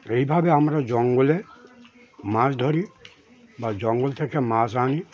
এইভাবে আমরা জঙ্গলে মাছ ধরি বা জঙ্গল থেকে মাছ আনি